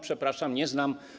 Przepraszam, nie znam.